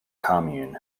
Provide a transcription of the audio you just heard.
commune